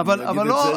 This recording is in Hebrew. אני אגיד את זה,